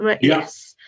Yes